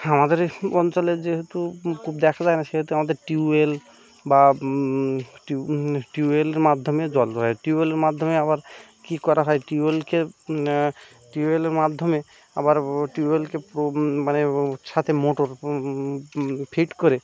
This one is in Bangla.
আমাদের এই অঞ্চলে যেহেতু কূপ দেখা যায় না সেহেতু আমাদের টিউবওয়েল বা টিউব টিউবওয়েলের মাধ্যমে জল দেওয়া হয় টিউবওয়েলের মাধ্যমে আবার কী করা হয় টিউবওয়েলকে টিউবওয়েলের মাধ্যমে আবার ও টিউবওয়েলকে মানে ছাদে মোটর ফিট করে